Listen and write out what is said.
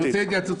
סיעתית.